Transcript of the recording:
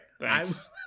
Thanks